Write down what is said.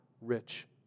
rich